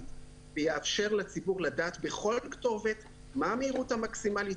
ויאפשר לציבור לדעת בכל כתובת מה המהירות המקסימלית